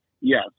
Yes